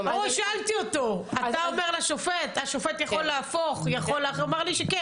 אתה אומר לשופט והשופט יכול להפוך את ההחלטה.